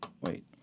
wait